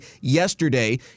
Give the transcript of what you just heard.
yesterday